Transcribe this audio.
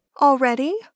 Already